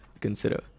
consider